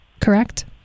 Correct